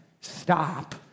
stop